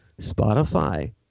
Spotify